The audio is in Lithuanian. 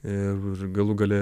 ir galų gale